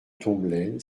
tomblaine